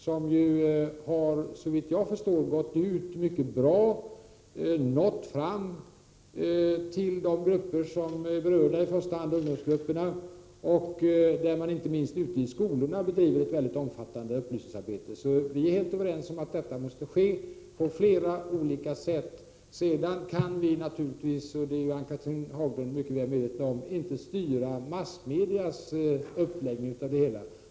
Athenagruppen har, såvitt jag förstår, gått ut på ett mycket bra sätt och nått fram till de grupper som är berörda, i första hand ungdomsgrupperna. Gruppen bedriver, inte minst i skolorna, ett mycket omfattande upplysningsarbete. Vi är helt överens om att detta informations arbete måste ske på flera olika sätt. Sedan kan vi naturligtvis inte, vilket Ann-Cathrine Haglund är mycket medveten om, styra massmedierna.